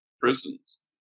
prisons